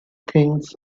things